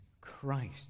Christ